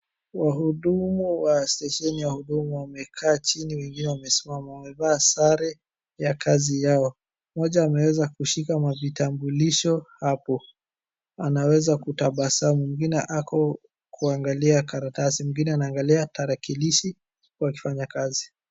Wahudumu wa stesheni ya huduma wamekaa chini, wengine wamesimama, wamevaa sare ya kazi yao. Mmoja anaweza kushika mavitambulisho hapo, anaweza kutabasamu, mwingine ako kuangalia karatasi, mwingine anaangalia tarakilishi wakifanya kazi.